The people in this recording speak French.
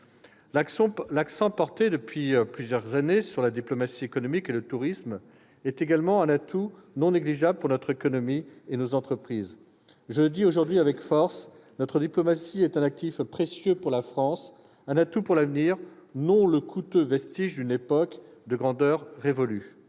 L'accent porté, depuis quelques années, sur la diplomatie économique et le tourisme est également un atout non négligeable pour notre économie et nos entreprises. Je le dis aujourd'hui avec force : notre diplomatie est un actif précieux pour la France, un atout pour l'avenir, non le coûteux vestige d'une époque de grandeur révolue.